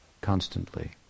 constantly